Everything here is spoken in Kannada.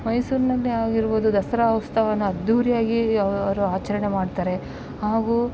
ಮೈಸೂರಿನಲ್ಲಿ ಆಗಿರ್ಬೌದು ದಸರಾ ಉತ್ಸವನ ಅದ್ದೂರಿಯಾಗಿ ಅವರು ಆಚರಣೆ ಮಾಡ್ತಾರೆ ಹಾಗು